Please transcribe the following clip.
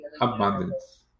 abundance